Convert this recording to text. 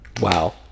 wow